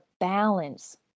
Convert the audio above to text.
balance